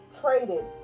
traded